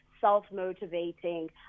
self-motivating